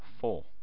four